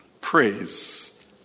Praise